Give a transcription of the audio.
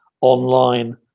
online